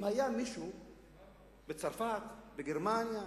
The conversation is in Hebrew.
אם היה מישהו בצרפת, בגרמניה,